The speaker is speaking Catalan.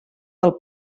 del